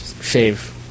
shave